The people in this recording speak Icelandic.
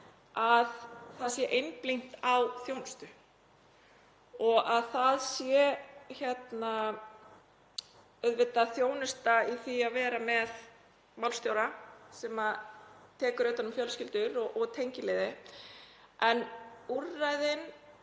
að það sé einblínt á þjónustu. Það er auðvitað þjónusta í því að vera með málstjóra sem tekur utan um fjölskyldur og tengiliði en úrræðin